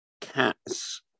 Cats